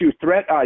threat